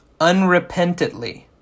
unrepentantly